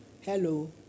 hello